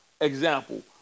example